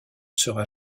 sera